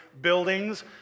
buildings